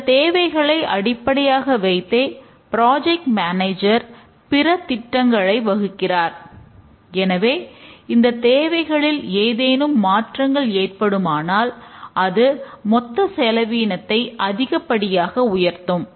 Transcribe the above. இந்த தேவைகளை அடிப்படையாக வைத்தே ப்ராஜெக்ட் மேனேஜர் பிற திட்டங்களை வகுக்கிறார் எனவே இந்த தேவைகளில் ஏதேனும் மாற்றங்கள் ஏற்படுமானால் அது மொத்த செலவினத்தை அதிகப்படியாக உயர்த்தும்